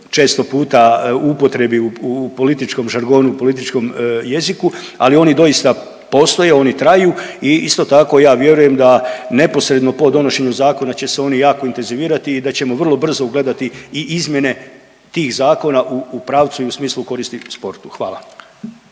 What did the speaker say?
često puta u upotrebi u političkom žargonu, političkom jeziku, ali oni doista postoje, oni traju. I isto tako ja vjerujem da neposredno po donošenju zakona će se oni jako intenzivirati i da ćemo vrlo brzo ugledati i izmjene tih zakona u pravcu i u smislu korisnika u sportu. Hvala.